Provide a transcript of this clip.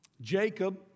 Jacob